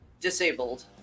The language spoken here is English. disabled